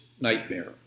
nightmare